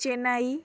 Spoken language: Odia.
ଚେନ୍ନାଈ